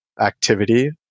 activity